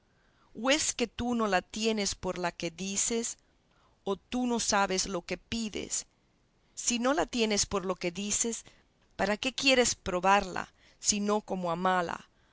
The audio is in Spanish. o es que tú no la tienes por la que dices o tú no sabes lo que pides si no la tienes por lo que dices para qué quieres probarla sino como a mala